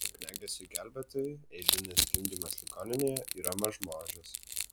ugniagesiui gelbėtojui eilinis gimdymas ligoninėje yra mažmožis